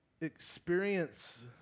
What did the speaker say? experience